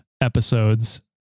episodes